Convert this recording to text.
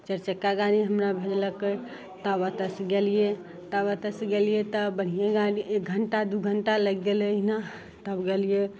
चारि चक्का गाड़ी हमरा भेजलकय तब ओतसँ गेलियै तब ओतसँ गेलियै तब बढ़ियें गाड़ी एक घण्टा दू घण्टा लागि गेलै एहिना तब गेलियै